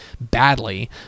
badly